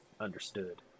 understood